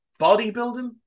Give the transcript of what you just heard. bodybuilding